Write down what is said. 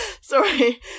Sorry